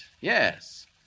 Yes